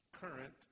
current